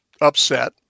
upset